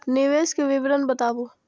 निवेश के विवरण बताबू?